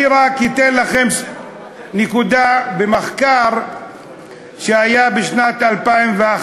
אני רק אתן לכם נקודה במחקר שנעשה בשנת 2011,